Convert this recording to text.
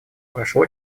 прошло